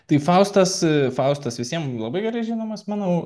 tai faustas faustas visiem labai gerai žinomas manau